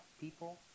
people